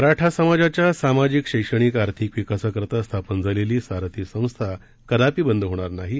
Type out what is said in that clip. मराठा समाजाच्या सामाजिक शैक्षणिक आर्थिक विकासासाठी स्थापन झालेली सारथी संस्था कदापि बंद होणार नाहीत